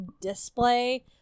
display